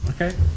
Okay